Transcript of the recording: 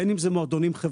בין אם זה מועדונים חברתיים,